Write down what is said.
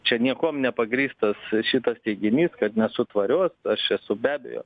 čia niekuom nepagrįstas šitas teiginys kad nesu tvarios aš esu be abejo